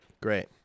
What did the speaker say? Great